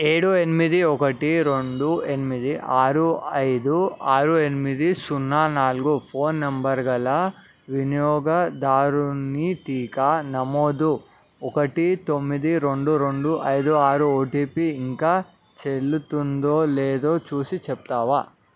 ఏడు ఎనిమిది ఒకటి రెండు ఎనిమిది ఆరు అయిదు ఆరు ఎనిమిది సున్న నాలుగు ఫోన్ నంబరు గల వినియోగదారుని టీకా నమోదు ఒకటి తొమ్మిది రెండు రెండు అయిదు ఆరు ఓటిపి ఇంకా చెల్లుతుందో లేదో చూసి చెప్తావా